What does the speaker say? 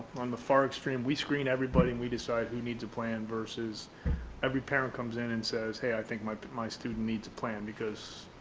on the far extreme, we screen everybody and we decide who needs a plan versus every parent comes in and says, hey, i think my my student needs to plan because.